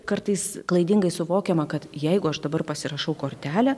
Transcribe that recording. kartais klaidingai suvokiama kad jeigu aš dabar pasirašau kortelę